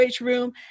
room